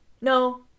No